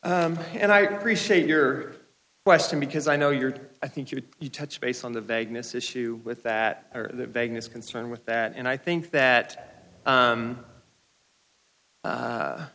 and i appreciate your question because i know you're i think you would you touch base on the vagueness issue with that or the vagueness concern with that and i think that